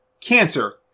cancer